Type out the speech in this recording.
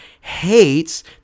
hates